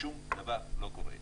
ושום דבר לא קורה.